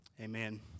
Amen